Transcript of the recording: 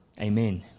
amen